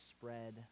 spread